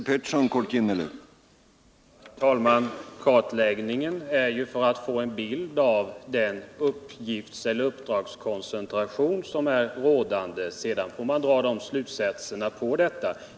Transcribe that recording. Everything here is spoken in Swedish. Herr talman! Kartläggningen är till för att få en bild av den uppdragskon De politiskt förtro centration som är rådande. Sedan får man dra stutkatsorna av det.